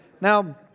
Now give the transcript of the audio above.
Now